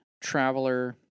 traveler